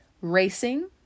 racing